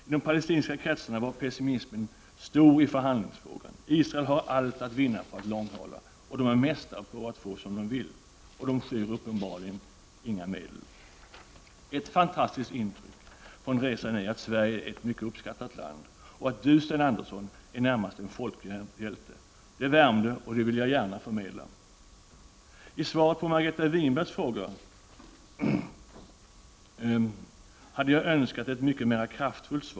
I de palestinska kretsarna var pessimismen stor när det gällde förhandlingsfrågan. Israelerna har allt att vinna på att långhala. De är mästare på att få som de vill, och de skyr uppenbarligen inga medel. Ett fantastiskt intryck från resan är att Sverige är ett mycket uppskattat land och att Sten Andersson närmast är en folkhjälte. Det värmde, och det vill jag gärna förmedla. Jag hade önskat att svaret på Margareta Winbergs fråga hade varit mycket mer kraftfullt.